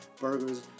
Burgers